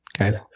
Okay